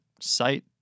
site